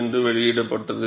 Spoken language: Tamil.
என்று வெளியிடப்பட்டது